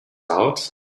out